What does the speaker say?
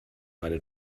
meine